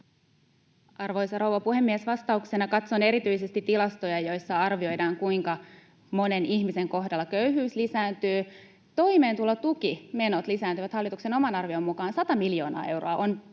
Arvoisa rouva puhemies! Vastauksena: katson erityisesti tilastoja, joissa arvioidaan, kuinka monen ihmisen kohdalla köyhyys lisääntyy. Toimeentulotukimenot lisääntyvät hallituksen oman arvion mukaan sata miljoonaa euroa. On